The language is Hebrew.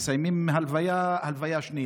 מסיימים עם הלוויה, הלוויה שנייה.